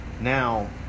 Now